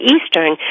Eastern